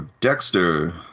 Dexter